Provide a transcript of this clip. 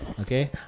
Okay